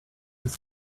his